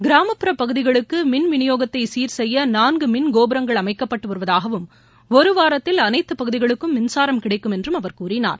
கிராமப்புற பகுதிகளுக்கு மின்விநியோகத்தை சீர்செய்ய நான்கு மின் கோபுரங்கள் அமைக்கப்பட்டு வருவதாகவும் ஒரு வாரத்தில் அனைத்து பகுதிகளுக்கும் மின்சாரம் கிடைக்கும் என்றும் அவர் கூறினார்